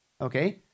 okay